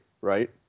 right